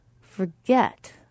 Forget